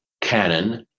canon